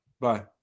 Bye